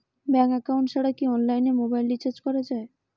Bank account ছাড়া কি অনলাইনে মোবাইল রিচার্জ করা যায়?